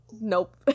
Nope